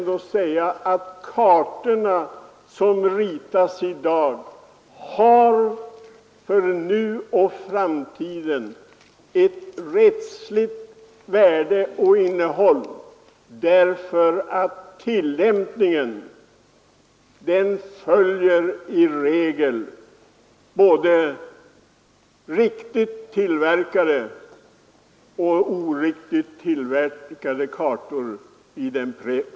De kartor som ritas i dag har nu och för framtiden ett rättsligt värde och innehåll. Den praktiska tillämpningen följer i regel både riktigt tillverkade och oriktigt tillverkade kartor.